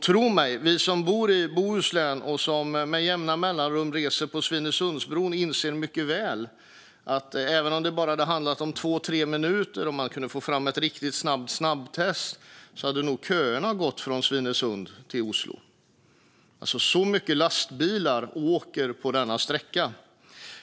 Tro mig - vi som bor i Bohuslän och som med jämna mellanrum reser på Svinesundsbron inser mycket väl att även om det bara hade handlat om två tre minuter för att få fram ett riktigt snabbt snabbtest hade nog köerna gått från Svinesund till Oslo. Så många lastbilar åker på denna sträcka.